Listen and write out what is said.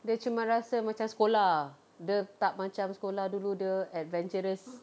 dia cuma rasa macam sekolah ah dia tak macam sekolah dulu dia adventurous